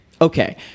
Okay